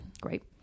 Great